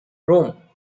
rome